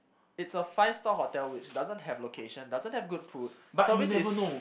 it's a five star hotel which doesn't have location doesn't have good food service is